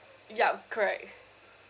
yup correct